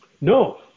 No